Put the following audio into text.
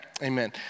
Amen